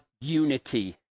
unity